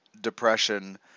depression